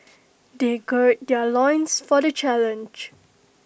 they gird their loins for the challenge